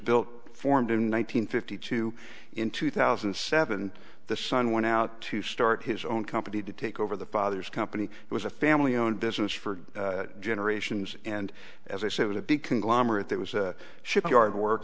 built formed in one nine hundred fifty two in two thousand and seven and the son went out to start his own company to take over the father's company it was a family owned business for generations and as i say it was a big conglomerate that was a shipyard work